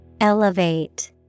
Elevate